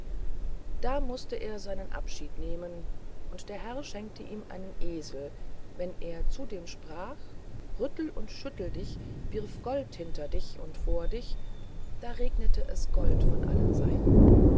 da mußte er seinen abschied nehmen der herr aber schenkte ihm einen esel wenn er zu dem sprach rüttel und schüttel dich wirf gold hinter dich und vor dich da regnete es gold von allen seiten